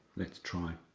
let's try.